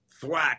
thwack